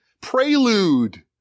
prelude